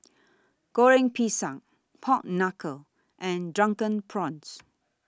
Goreng Pisang Pork Knuckle and Drunken Prawns